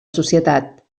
societat